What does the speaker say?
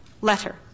letter